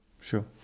sure